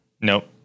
Nope